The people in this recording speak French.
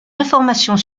informations